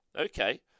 Okay